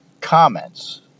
comments